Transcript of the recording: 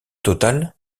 totale